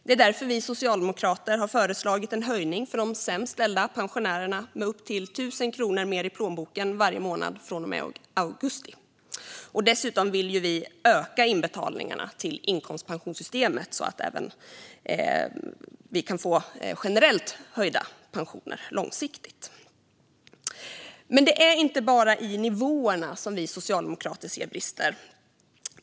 Det är därför vi socialdemokrater har föreslagit en höjning för de sämst ställda pensionärerna som ger upp till 1 000 kronor mer i plånboken varje månad från och med augusti. Dessutom vill vi öka inbetalningarna till inkomstpensionssystemet så att det även långsiktigt kan bli generellt höjda pensioner. Men det är inte bara i nivåerna vi socialdemokrater ser brister.